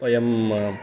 वयम्